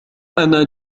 أنا